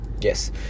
Yes